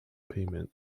payment